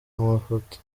amafoto